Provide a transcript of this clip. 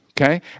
Okay